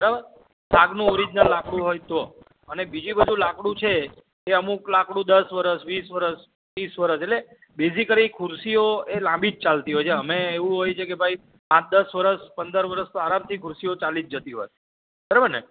બરાબર સાગનું ઓરિજનલ લાકડું હોય તો અને બીજે બધું લાકડું છે એ અમુક લાકડું દસ વર્ષ વીસ વર્ષ ત્રીસ વર્ષ એટલે બેઝિકલી ખુરશીઓ એ લાંબી જ ચાલતી હોય છે એમાં એવું હોય છે કે ભાઈ આઠ દસ વર્ષ પંદર વરસ તો આરામથી ખુરશીઓ ચાલી જ જતી હોય બરાબરને